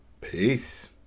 Peace